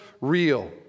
real